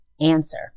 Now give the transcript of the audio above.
Answer